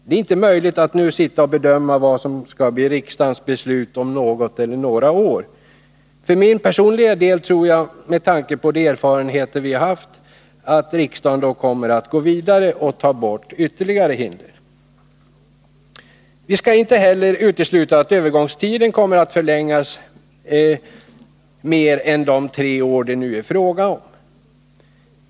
Det är inte möjligt att nu bedöma vad som kan bli riksdagens beslut om något eller några år. För min personliga del tror jag, med tanke på de erfarenheter vi har haft, att riksdagen då kommer att gå vidare och ta bort ytterligare hinder. Vi skall inte heller utesluta möjligheten att övergångstiden kommer att förlängas mer än de tre år som det nu är fråga om.